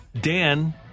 Dan